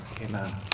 Amen